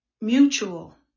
mutual